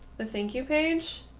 the thank you page.